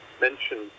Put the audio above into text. mentioned